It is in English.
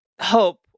hope